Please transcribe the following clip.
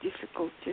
difficulties